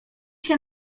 się